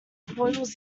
spoils